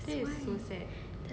that's why